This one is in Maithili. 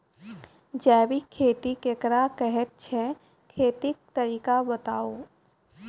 जैबिक खेती केकरा कहैत छै, खेतीक तरीका बताऊ?